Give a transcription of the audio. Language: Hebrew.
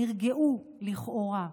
נרגעו, לכאורה.